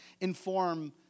inform